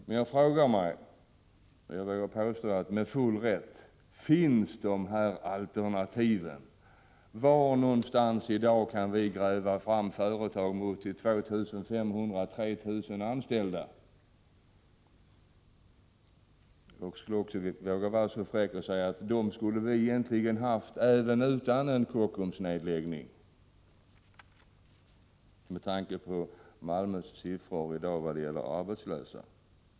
Men jag frågar mig, och jag vågar påstå att jag har full rätt att ställa frågan: Finns det några alternativ? Var kan vi i dag gräva fram företag som svarar mot de aktuella 2 500-3 000 arbetstillfällena? Jag är fräck nog att också säga att dessa skulle vi egentligen ha behövt även om inte Kockums lades ned — med tanke på Malmös siffror i dag vad gäller antalet arbetslösa.